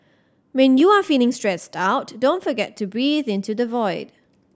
when you are feeling stressed out don't forget to breathe into the void